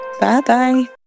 Bye-bye